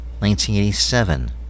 1987